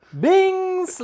Bing